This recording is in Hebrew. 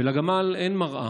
ולגמל אין מראה.